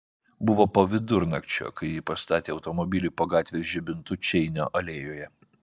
buvo po vidurnakčio kai ji pastatė automobilį po gatvės žibintu čeinio alėjoje